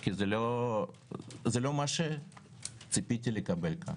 כי זה לא מה שציפיתי לקבל כאן.